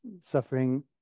suffering